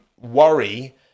worry